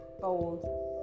fold